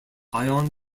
ion